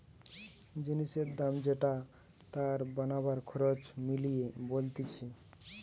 জিনিসের দাম যেটা তার বানাবার খরচ মিলিয়ে বলতিছে